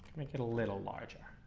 make it a little larger,